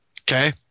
okay